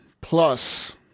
Plus